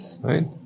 right